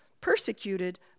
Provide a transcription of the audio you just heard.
Persecuted